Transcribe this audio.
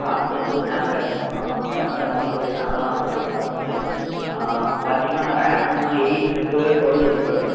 processor வந்து Snapdragon தான் seven seventy டூக்கு மேலே தான் இருக்கு ப்ராஸஸரு பார்த்திங்கன்னா ரேம்மு எயிட் இருக்கு டுவெல் இருக்கு